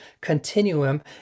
continuum